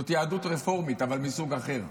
זאת יהדות רפורמית, אבל מסוג אחר.